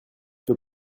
peux